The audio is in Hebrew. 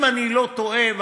אם אני לא טועה,